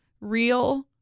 real